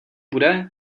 bude